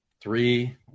three